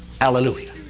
Hallelujah